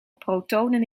protonen